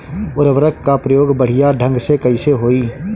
उर्वरक क प्रयोग बढ़िया ढंग से कईसे होई?